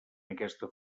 aquesta